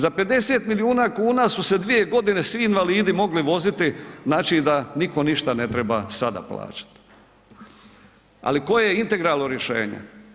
Za 50 milijuna kuna su se 2.g. svi invalidi mogli voziti, znači da niko ništa ne treba sada plaćat, ali koje je integralno rješenje?